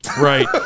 right